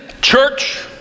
church